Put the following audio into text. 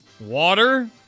water